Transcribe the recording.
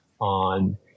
on